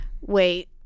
Wait